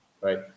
right